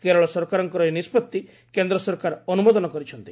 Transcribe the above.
କେରଳ ସରକାରଙ୍କର ଏହି ନିଷ୍ପଭି କେନ୍ଦ୍ର ସରକାର ଅନୁମୋଦନ କରିଛନ୍ତି